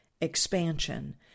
expansion